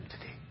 today